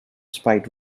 spite